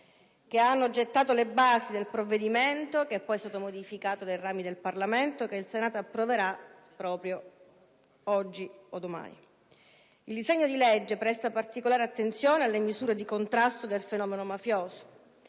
che hanno gettato le basi del provvedimento (poi modificato dai due rami del Parlamento) che il Senato approverà in via definitiva domani. Il disegno di legge presta particolare attenzione alle misure di contrasto del fenomeno mafioso.